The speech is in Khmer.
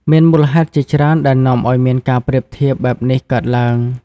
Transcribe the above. មានមូលហេតុជាច្រើនដែលនាំឲ្យមានការប្រៀបធៀបបែបនេះកើតឡើង។